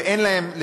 ואין להם,